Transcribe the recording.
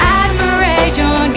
admiration